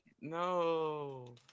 No